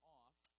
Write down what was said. off